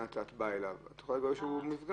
את יכולה להגיד שהוא מפגע.